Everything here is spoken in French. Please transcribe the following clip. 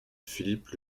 philippe